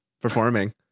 performing